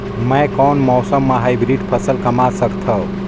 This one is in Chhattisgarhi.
मै कोन मौसम म हाईब्रिड फसल कमा सकथव?